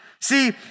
See